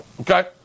okay